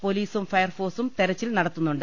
പൊലീസും ഫയർഫോഴ്സും തെരച്ചിൽ നടത്തുന്നുണ്ട്